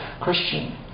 Christian